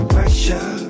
Pressure